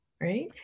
right